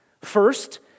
First